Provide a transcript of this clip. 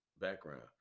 background